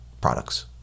products